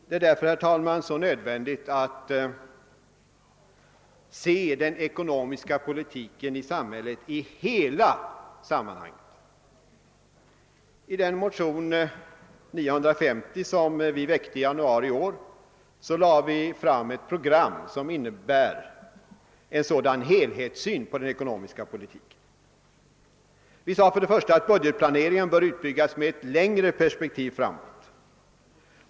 Det är därför också nödvändigt att se den ekonomiska politiken i samhället i hela sammanhanget. I den motion nr 950, som vi väckte i januari i år, lade vi fram ett program som innebär en så dan helhetssyn på den ekonomiska politiken. Vi sade för det första att budgetplaneringen bör utbyggas med längre perspektiv framåt.